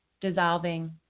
dissolving